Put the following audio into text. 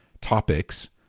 topics